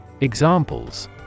Examples